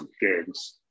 games